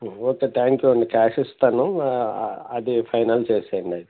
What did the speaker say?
okay thank you అండి cash ఇస్తాను అది ఫైనల్ చేయండి అయితే